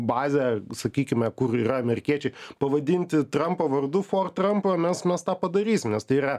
bazę sakykime kur yra amerikiečiai pavadinti trampo vardu fortrampo mes mes tą padarysim nes tai yra